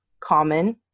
common